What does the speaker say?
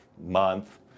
month